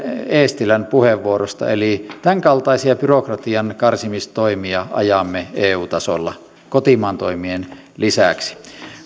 eestilän puheenvuorosta eli tämän kaltaisia byrokratian karsimistoimia ajamme eu tasolla kotimaan toimien lisäksi